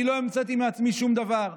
אני לא המצאתי מעצמי שום דבר.